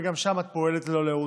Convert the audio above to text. וגם שם את פועלת ללא לאות.